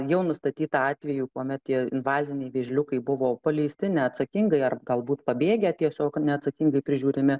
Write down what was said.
jau nustatyta atvejų kuomet tie invaziniai vėžliukai buvo paleisti neatsakingai ar galbūt pabėgę tiesiog neatsakingai prižiūrimi